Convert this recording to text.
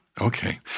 Okay